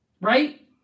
right